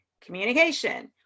communication